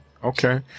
Okay